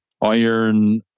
iron